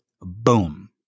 boom